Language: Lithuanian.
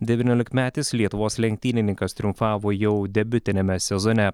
devyniolikmetis lietuvos lenktynininkas triumfavo jau debiutiniame sezone